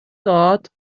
dod